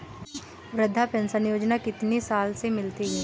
वृद्धा पेंशन योजना कितनी साल से मिलती है?